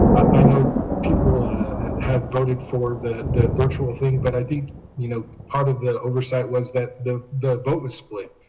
i know people that have voted for the the virtual thing. but i think you know part of the oversight was the the vote was split.